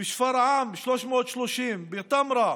בשפרעם, 330, בטמרה,